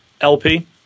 LP